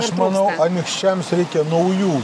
aš manau anykščiams reikia naujų